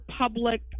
public